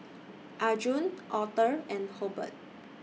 Arjun Author and Hobert